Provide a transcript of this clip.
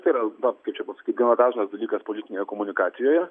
tai yra na kaip čia pasakyt gana dažnas dalykas politinėje komunikacijoje